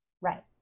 right